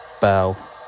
bell